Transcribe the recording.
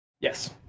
Yes